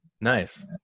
Nice